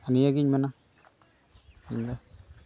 ᱱᱤᱭᱟᱹᱜᱤᱧ ᱢᱮᱱᱟ ᱤᱧᱫᱚ